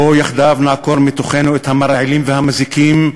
בואו יחדיו נעקור מתוכנו את המרעילים והמזיקים,